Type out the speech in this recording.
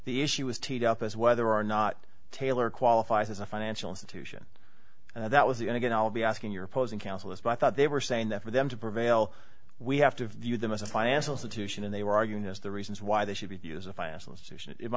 the issue was teed up as whether or not taylor qualifies as a financial institution that with the and again i'll be asking your opposing counsel is but i thought they were saying that for them to prevail we have to view them as a financial situation and they were arguing as the reasons why they should be